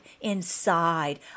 inside